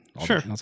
Sure